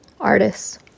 artists